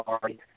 sorry